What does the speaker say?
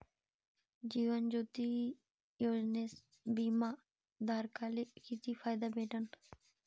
जीवन ज्योती योजनेत बिमा धारकाले किती फायदा भेटन?